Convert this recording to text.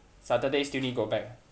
saturdays still need go back